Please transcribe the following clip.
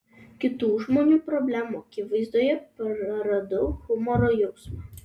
kitų žmonių problemų akivaizdoje praradau humoro jausmą